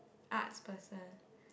Arts person